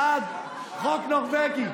בעד חוק נורבגי,